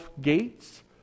gates